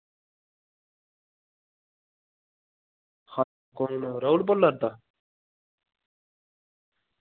आं कु'न राहुल बोल्ला दा